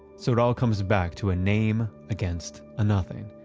so, it all comes back to a name against a nothing.